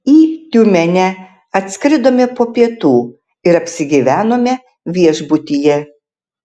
į tiumenę atskridome po pietų ir apsigyvenome viešbutyje